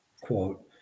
quote